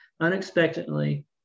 unexpectedly